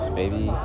baby